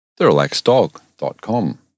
therelaxeddog.com